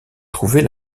trouvais